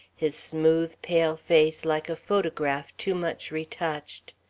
his smooth, pale face like a photograph too much retouched,